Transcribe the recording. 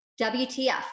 WTF